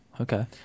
Okay